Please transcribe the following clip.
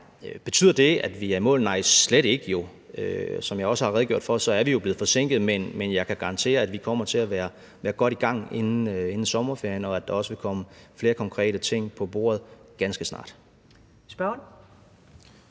Betyder det, at vi er i mål? Nej, det gør det jo slet ikke. Som jeg også har redegjort for, er vi blevet forsinket, men jeg kan garantere for, at vi kommer til at være godt i gang inden sommerferien, og at der også vil komme flere konkrete ting på bordet ganske snart. Kl.